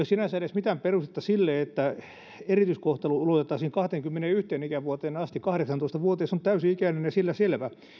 sinänsä mitään perustetta edes sille että erityiskohtelu ulottuu kahteenkymmeneenyhteen ikävuoteen asti kahdeksantoista vuotias on täysi ikäinen ja sillä selvä